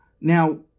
Now